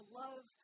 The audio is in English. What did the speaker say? love